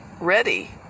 ready